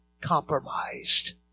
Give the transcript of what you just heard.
compromised